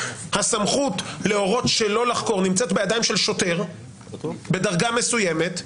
הסמכות להורות שלא לחקור נמצאת בידיים של שוטר בדרגה מסוימת,